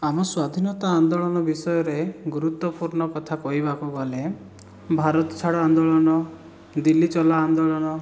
ଆମ ସ୍ୱାଧୀନତା ଆନ୍ଦୋଳନ ବିଷୟରେ ଗୁରୁତ୍ଵପୂର୍ଣ୍ଣ କଥା କହିବାକୁ ଗଲେ ଭାରତ ଛାଡ଼ ଆନ୍ଦୋଳନ ଦିଲ୍ଲୀ ଚଲୋ ଆନ୍ଦୋଳନ